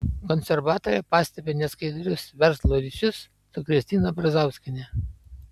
konservatorė pastebi neskaidrius verslo ryšius su kristina brazauskiene